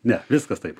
ne viskas taip